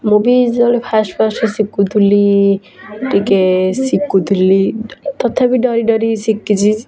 ମୁଁ ବି ଯେତେବେଳେ ଫାଷ୍ଟ୍ ଫାଷ୍ଟ୍ ଶିଖୁଥିଲି ଟିକିଏ ଶିଖୁଥିଲି ତଥାପି ଡରି ଡରି ଶିଖିଛି